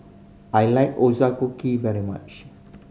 I like very much